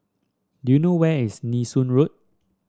do you know where is Nee Soon Road